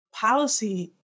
policy